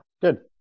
good